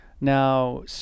Now